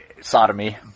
Sodomy